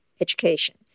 education